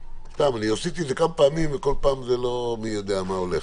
אני עשיתי את זה כמה פעמים וכל פעם זה לא מי יודע מה הולך.